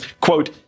quote